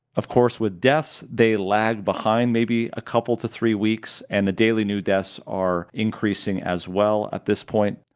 of course with deaths, they lag behind, maybe a couple to three weeks, and the daily new deaths are increasing as well at this point.